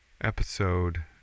episode